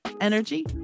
energy